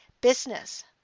business